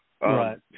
right